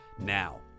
Now